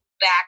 back